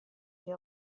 che